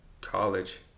college